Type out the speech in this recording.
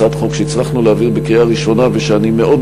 הצעת חוק שהצלחנו להעביר בקריאה ראשונה ואני מאוד